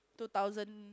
two thousand